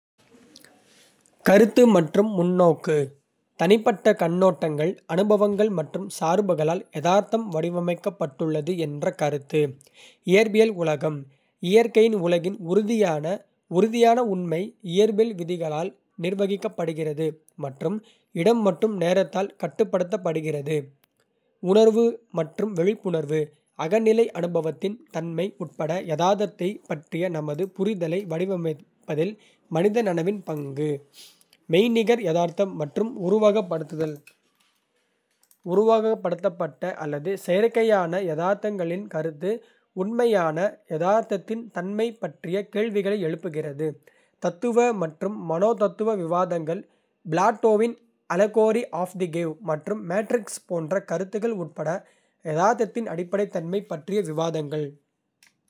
கருத்து மற்றும் முன்னோக்கு தனிப்பட்ட கண்ணோட்டங்கள், அனுபவங்கள் மற்றும் சார்புகளால் யதார்த்தம் வடிவமைக்கப்பட்டுள்ளது என்ற கருத்து. இயற்பியல் உலகம் இயற்கை உலகின் உறுதியான, உறுதியான உண்மை, இயற்பியல் விதிகளால் நிர்வகிக்கப்படுகிறது மற்றும் இடம் மற்றும் நேரத்தால் கட்டுப்படுத்தப்படுகிறது. உணர்வு மற்றும் விழிப்புணர்வு அகநிலை அனுபவத்தின் தன்மை உட்பட, யதார்த்தத்தைப் பற்றிய நமது புரிதலை வடிவமைப்பதில் மனித நனவின் பங்கு. மெய்நிகர் யதார்த்தம் மற்றும் உருவகப்படுத்துதல் உருவகப்படுத்தப்பட்ட அல்லது செயற்கையான யதார்த்தங்களின் கருத்து, "உண்மையான" யதார்த்தத்தின் தன்மை பற்றிய கேள்விகளை எழுப்புகிறது. தத்துவ மற்றும் மனோதத்துவ விவாதங்கள் பிளாட்டோவின் அலெகோரி ஆஃப் தி கேவ் மற்றும் மேட்ரிக்ஸ் போன்ற கருத்துக்கள் உட்பட, யதார்த்தத்தின் அடிப்படைத் தன்மை பற்றிய விவாதங்கள்.